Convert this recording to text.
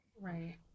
right